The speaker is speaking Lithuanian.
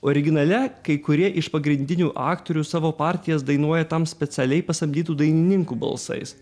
originale kai kurie iš pagrindinių aktorių savo partijas dainuoja tam specialiai pasamdytų dainininkų balsais